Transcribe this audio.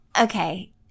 okay